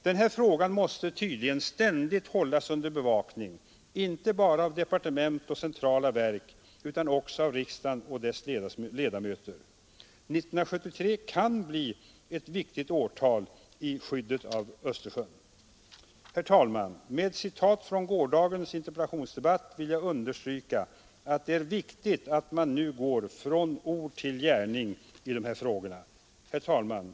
Den här frågan måste tydligen ständigt hållas under bevakning inte bara av departement och centrala verk utan också av riksdagen och dess ledamöter. 1973 kan bli ett viktigt årtal för skyddet av Östersjön. Herr talman! Med ett citat från gårdagens interpellationsdebatt vill jag understryka att det är viktigt att man nu ”går från ord till gärning” i de här frågorna. Herr talman!